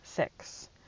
Six